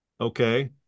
Okay